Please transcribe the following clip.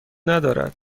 ندارد